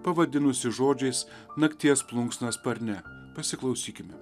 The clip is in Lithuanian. pavadinusi žodžiais nakties plunksna sparne pasiklausykime